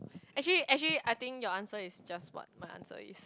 actually actually I think your answer is just what my answer is